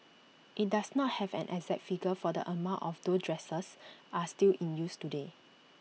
IT does not have an exact figure for the amount of those dressers are still in use today